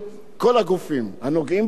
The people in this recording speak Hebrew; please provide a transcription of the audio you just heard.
אם השלטון המקומי,